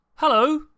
Hello